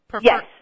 Yes